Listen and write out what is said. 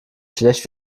schlecht